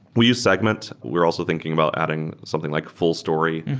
we use segment. we're also thinking about adding something like fullstory.